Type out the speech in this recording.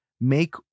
make